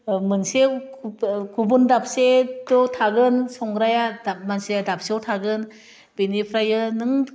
मोनसेयाव गुबु गुबुन दाबसेथ' थागोन संग्राया दाब मानसिया दाबसेयाव थागोन बेनिफ्रायो नों